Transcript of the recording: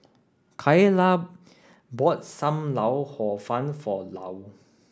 Kaela bought Sam Lau Hor Fun for Lou